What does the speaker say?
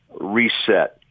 reset